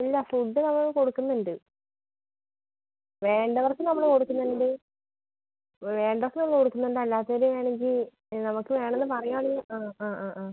ഇല്ല ഫുഡ് നമ്മൾ കൊടുക്കുന്നുണ്ട് വേണ്ടവർക്ക് നമ്മൾ കൊടുക്കുന്നുണ്ട് വേണ്ടവർക്ക് നമ്മൾ കൊടുക്കുന്നുണ്ട് അല്ലാത്തവർ വേണമെങ്കിൽ നമുക്ക് വേണമെന്ന് പറയാണെങ്കിൽ അ അ അ ആ